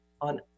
on